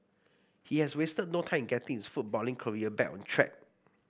he has wasted no time in getting his footballing career back on track